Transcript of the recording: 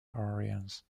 areas